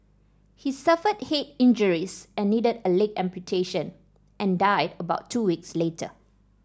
he suffered head injuries and needed a leg amputation and died about two weeks later